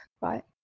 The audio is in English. Right